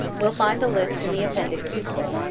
will find the lists in the appendix useful,